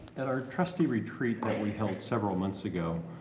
at our trustee retreat that we held several months ago,